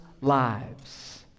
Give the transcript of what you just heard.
lives